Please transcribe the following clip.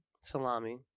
salami